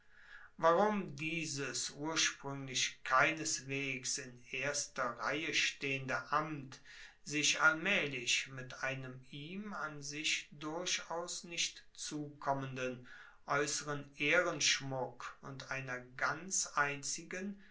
warum dieses urspruenglich keineswegs in erster reihe stehende amt sich allmaehlich mit einem ihm an sich durchaus nicht zukommenden aeusseren ehrenschmuck und einer ganz einzigen